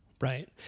Right